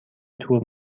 تور